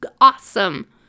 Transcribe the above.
awesome